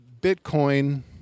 bitcoin